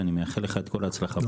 ואני מאחל לך את כל ההצלחה שבעולם.